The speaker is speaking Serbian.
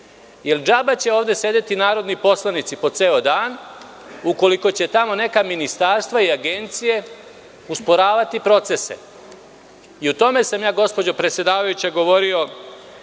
Jer, džaba će ovde sedeti narodni poslanici po ceo dan, ukoliko će tamo neka ministarstva i agencije usporavati procese. O tome sam ja gospođo predsedavajuća govorio